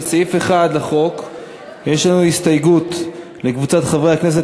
לסעיף 1 לחוק יש לנו הסתייגות של חברי הכנסת